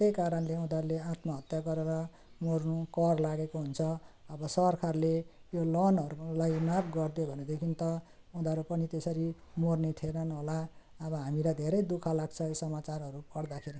त्यही कारणले उनीहरूले आत्महत्या गरेर मर्नु कर लागेको हुन्छ अब सरकारले यो लोनहरूलाई माफ गरिदियो भने भनेदेखि त उनीहरू पनि त्यसरी मर्ने थिएनन् होला अब हामीलाई धेरै दुःख लाग्छ यी समाचारहरू पढ्दाखेरि